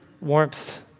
warmth